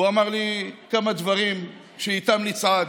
הוא אומר לי כמה דברים שאיתם נצעד.